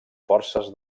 forces